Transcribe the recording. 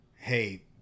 hey